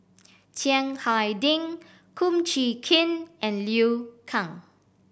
Chiang Hai Ding Kum Chee Kin and Liu Kang